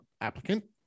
applicant